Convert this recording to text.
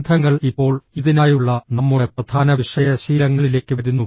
ബന്ധങ്ങൾ ഇപ്പോൾ ഇതിനായുള്ള നമ്മുടെ പ്രധാന വിഷയ ശീലങ്ങളിലേക്ക് വരുന്നു